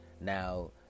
now